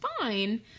fine